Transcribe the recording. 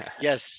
Yes